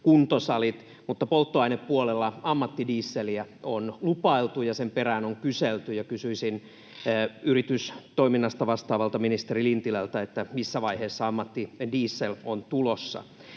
mutta polttoainepuolella ammattidieseliä on lupailtu ja sen perään on kyselty. Kysyisin yritystoiminnasta vastaavalta ministeri Lintilältä: missä vaiheessa ammattidiesel on tulossa?